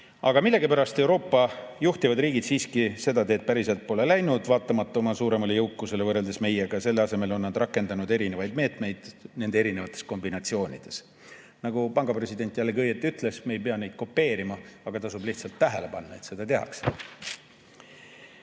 Aga millegipärast Euroopa juhtivad riigid siiski seda teed päriselt pole läinud, vaatamata oma suuremale jõukusele võrreldes meiega. Selle asemel on nad rakendanud erinevaid meetmeid erinevates kombinatsioonides. Nagu panga president jällegi õieti ütles, me ei pea neid kopeerima, aga tasub tähele panna, et seda tehakse.